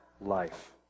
life